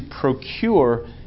procure